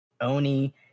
Oni